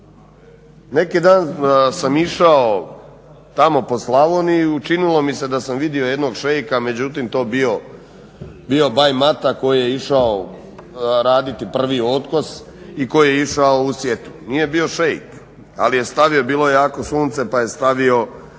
Neki dan sam išao tamo po Slavoniji i učinilo mi se da sam vidio jednog šeika, međutim to bio Baj Mata koji je išao raditi prvi otkos i koji je išao u sjetvu. Nije bio šejk ali je stavio, bilo je jako sunce pa je stavio